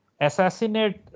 assassinate